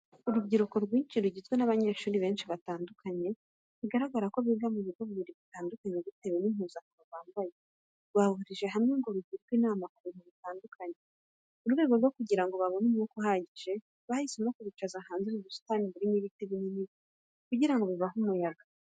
Urubyiruko rwinshi rugizwe n'abanyeshuri benshi batandukanye bigaragara ko biga ku bigo bibiri bitandukanye bitewe n'impuzankano bambaye, rwahurijwe hamwe ngo rugirwe inama ku bintu bitandukanye. Mu rwego rwo kugira ngo babone umwuka uhagije, bahisemo kubicaza hanze mu busitani burimo ibiti binini kugira ngo bibahe umuyaga.